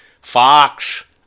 Fox